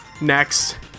Next